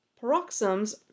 paroxysms